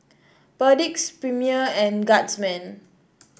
Perdix Premier and Guardsman